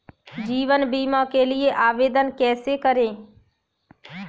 जीवन बीमा के लिए आवेदन कैसे करें?